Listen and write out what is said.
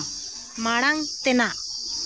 ᱢᱟᱲᱟᱝ ᱛᱮᱱᱟᱜ